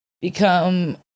become